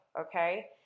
Okay